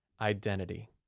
identity